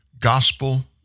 gospel